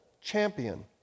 champion